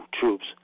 troops